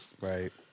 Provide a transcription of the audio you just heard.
Right